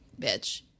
bitch